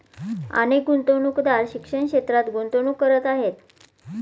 अनेक गुंतवणूकदार शिक्षण क्षेत्रात गुंतवणूक करत आहेत